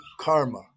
karma